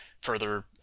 further